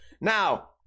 Now